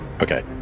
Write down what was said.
Okay